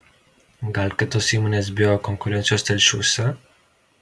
gal kitos įmonės bijo konkurencijos telšiuose